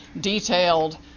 detailed